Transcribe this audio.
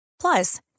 Plus